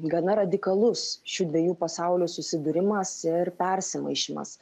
gana radikalus šių dviejų pasaulių susidūrimas ir persimaišymas